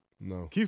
No